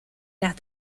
las